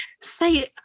say